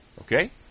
Okay